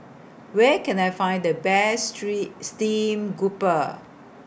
Where Can I Find The Best Street Stream Grouper